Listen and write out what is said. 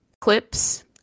clips